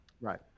Right